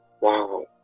Wow